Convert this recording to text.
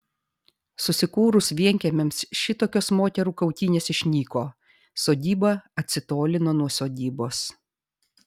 susikūrus vienkiemiams šitokios moterų kautynės išnyko sodyba atsitolino nuo sodybos